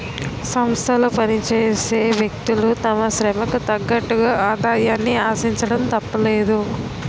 సంస్థలో పనిచేసే వ్యక్తులు తమ శ్రమకు తగ్గట్టుగా ఆదాయాన్ని ఆశించడం తప్పులేదు